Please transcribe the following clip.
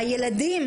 יש היום לילדים